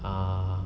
err